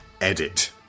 edit